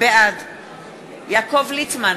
בעד יעקב ליצמן,